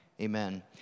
Amen